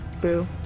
Boo